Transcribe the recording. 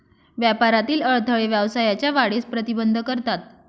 व्यापारातील अडथळे व्यवसायाच्या वाढीस प्रतिबंध करतात